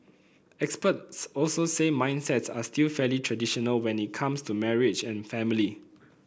experts also say mindsets are still fairly traditional when it comes to marriage and family